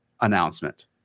announcement